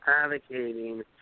advocating